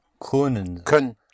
Können